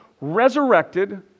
resurrected